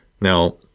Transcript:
Now